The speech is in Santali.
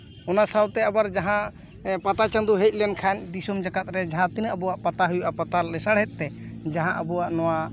ᱚᱱᱟ ᱥᱟᱶᱛᱮ ᱟᱵᱟᱨ ᱡᱟᱦᱟᱸ ᱯᱟᱛᱟ ᱪᱟᱸᱫᱳ ᱦᱮᱡ ᱞᱮᱱᱠᱷᱟᱱ ᱫᱤᱥᱚᱢ ᱡᱟᱠᱟᱫ ᱨᱮ ᱡᱟᱦᱟᱸ ᱛᱤᱱᱟᱹᱜ ᱟᱵᱚᱣᱟᱜ ᱯᱟᱛᱟ ᱦᱩᱭᱩᱜᱼᱟ ᱯᱟᱛᱟ ᱞᱮᱥᱟᱲ ᱦᱮᱫ ᱛᱮ ᱡᱟᱦᱟᱸ ᱟᱵᱚᱣᱟᱜ ᱱᱚᱶᱟ